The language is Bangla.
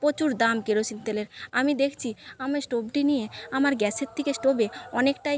প্রচুর দাম কেরোসিন তেলের আমি দেখছি আমি স্টোভটি নিয়ে আমার গ্যাসের থেকে স্টোবে অনেকটাই